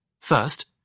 First